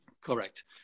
Correct